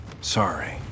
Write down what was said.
Sorry